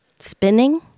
Spinning